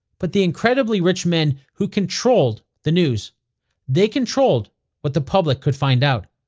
but the and kind of the rich men who controlled the news they controlled what the public could find out.